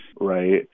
right